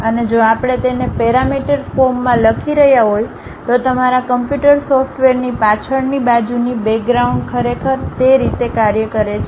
અને જો આપણે તેને પેરામીટર ફોર્મમાં લખી રહ્યાં હોય તો તમારા કમ્પ્યુટર સોફ્ટવેરની પાછળની બાજુની બેગ્રાઉન્ડ ખરેખર તે રીતે કાર્ય કરે છે